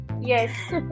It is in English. Yes